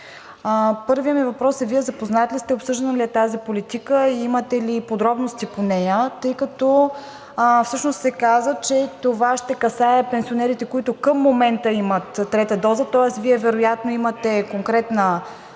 Първият ми въпрос е: Вие запознат ли сте, обсъждана ли е тази политика, имате ли подробности по нея, тъй като всъщност се каза, че това ще касае пенсионерите, които към момента имат трета доза? Вие вероятно имате конкретна бройка